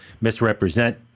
misrepresent